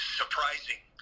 surprising